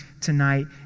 tonight